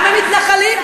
גם המתנחלים,